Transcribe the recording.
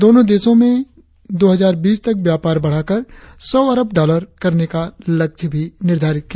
दोनों देशों में दो हजार बीस तक व्यापार बढ़ाकर सौ अरब डॉलर करने का लक्ष्य भी निर्धारित किया